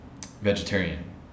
vegetarian